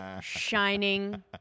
shining